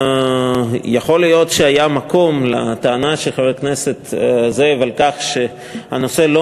יכול להיות שהיה מקום לטענה של חבר הכנסת זאב על כך שהנושא לא